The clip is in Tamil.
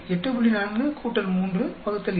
4 3 2 6